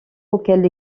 auxquelles